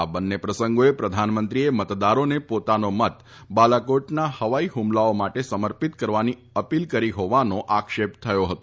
આ બંને પ્રસંગોએ પ્રધાનમંત્રીએ મતદારોને પોતાનો મત બાલાકોટના હવાઇ હુમલાઓ માટે સમર્પીત કરવાની અપીલ કરી હોવાનો આક્ષેપ થયો હતો